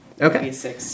Okay